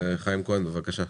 חיים כהן, בבקשה.